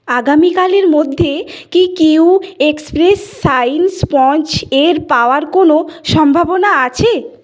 আগামীকালের মধ্যে কি কিউ এক্সপ্রেস শাইন স্পঞ্জ এর পাওয়ার কোনো সম্ভাবনা আছে